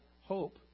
hope